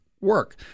work